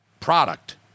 Product